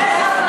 באמת,